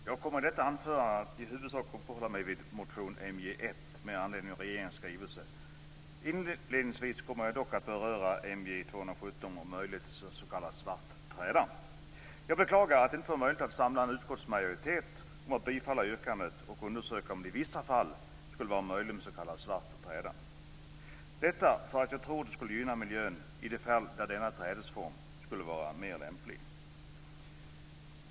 Herr talman! Jag kommer i detta anförande i huvudsak att uppehålla mig vid motion MJ1 med anledning av regeringens skrivelse. Inledningsvis kommer jag dock också att beröra MJ217 om möjligheten till s.k. svart träda. Jag beklagar att det inte var möjligt att samla en utskottsmajoritet bakom att bifalla yrkandet och undersöka om det i vissa fall skulle vara möjligt med s.k. svart träda. Jag tror att detta skulle gynna miljön i de fall där denna trädesform skulle vara lämplig.